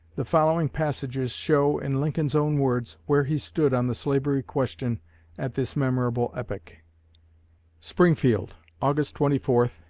the following passages show, in lincoln's own words, where he stood on the slavery question at this memorable epoch springfield, august twenty four,